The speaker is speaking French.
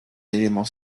élément